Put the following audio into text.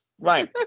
Right